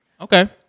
Okay